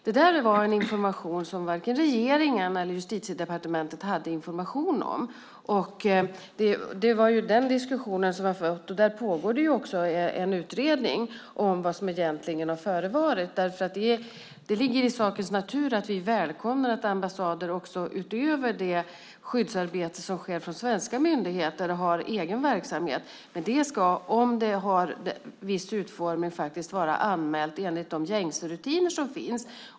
Det var någonting som varken regeringen eller Justitiedepartementet hade någon information om. Det var den diskussionen som följde, och det pågår en utredning som vad som egentligen har förevarit. Det ligger i sakens natur att vi välkomnar att ambassader, utöver det skyddsarbete som sker från svenska myndigheter, har egen verksamhet. Men den, om den har viss utformning, ska vara anmäld enligt de gängse rutinerna.